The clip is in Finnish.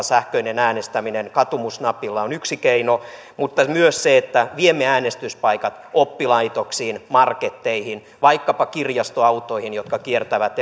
sähköinen äänestäminen katumusnapilla on yksi keino mutta myös se että viemme äänestyspaikat oppilaitoksiin marketteihin vaikkapa kirjastoautoihin jotka kiertävät